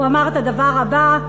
הוא אמר את הדבר הבא,